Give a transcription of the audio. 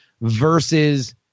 versus